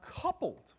coupled